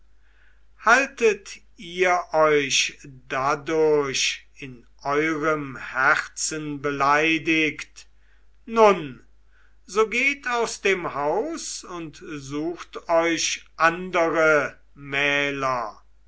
haltet ihr euch dadurch in eurem herzen beleidigt nun so geht aus dem haus und sucht euch andere mähler